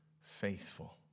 faithful